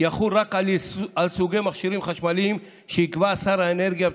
יחול רק על סוגי מכשירים חשמליים שיקבע שר האנרגיה בתקנות,